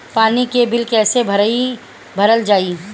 पानी के बिल कैसे भरल जाइ?